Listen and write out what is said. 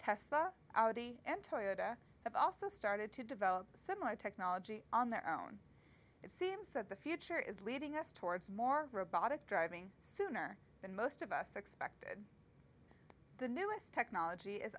tesla and toyota have also started to develop similar technology on their own it seems that the future is leading us towards more robotic driving sooner than most of us expected the newest technology is